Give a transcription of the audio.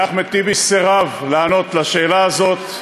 ואחמד טיבי סירב לענות על השאלה הזאת,